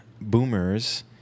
boomers